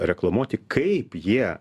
reklamuoti kaip jie